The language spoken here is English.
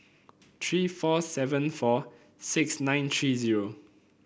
three four seven four six nine three zero